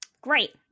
Great